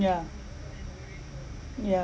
yeah yeah